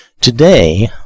today